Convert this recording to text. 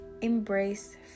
Embrace